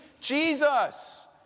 Jesus